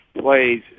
plays